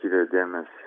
skiria dėmesį